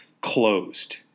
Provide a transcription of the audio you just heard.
closed